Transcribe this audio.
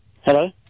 Hello